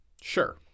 Sure